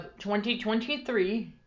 2023